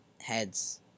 Heads